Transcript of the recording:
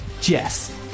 Jess